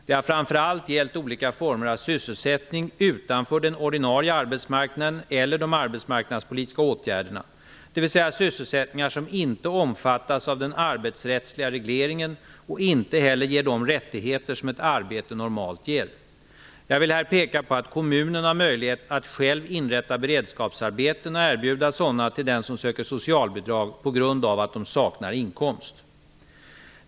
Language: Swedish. Det har framför allt gällt olika former av sysselsättning utanför den ordinarie arbetsmarknaden eller de arbetsmarknadspolitiska åtgärderna, dvs. sysselsättningar som inte omfattas av den arbetsrättsliga regleringen och inte heller ger de rättigheter som ett arbete normalt ger. Jag vill här peka på att kommunen har möjlighet att själv inrätta beredskapsarbeten och erbjuda sådana till den som söker socialbidrag på grund av att de saknar inkomst.